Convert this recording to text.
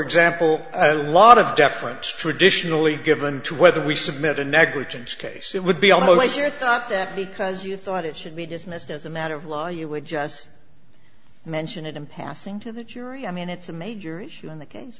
example a lot of deference traditionally given to whether we submitted negligence case it would be almost here not that because you thought it should be dismissed as a matter of law you would just i mention it in passing to the jury i mean it's a major issue in the case